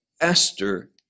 Esther